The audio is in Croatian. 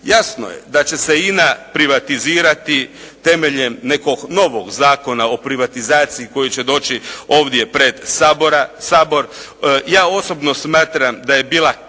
Jasno je da će se INA privatizirati temeljem nekog nogo Zakona o privatizaciji koji će doći ovdje pred Sabor. Ja osobno smatram da je bila kardinalna